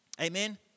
Amen